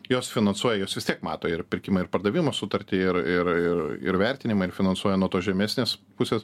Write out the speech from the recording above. jos finansuoja jos vis tiek mato ir pirkimą ir pardavimo sutartį ir ir ir ir vertinimą ir finansuoja nuo to žemesnės pusės